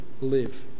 live